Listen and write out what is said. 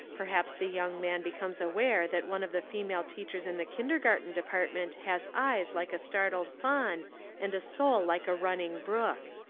perhaps the young man be comes aware that one of the female teachers in the kindergarten department has eyes like a startled fawn and a soul like a running brook.